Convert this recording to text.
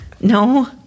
No